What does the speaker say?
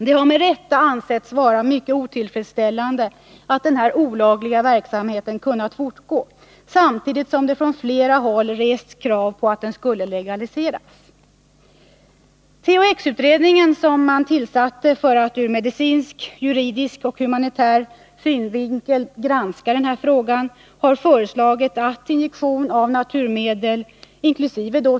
Det har med rätta ansetts vara mycket otillfredsställande att denna olagliga verksamhet kunnat fortgå, samtidigt som det från flera håll rests krav på att den skulle legaliseras. THX-utredningen, som tillsattes för att ur medicinsk, juridisk och humanitär synvinkel granska frågan, har föreslagit att injektion av naturmedel, inkl.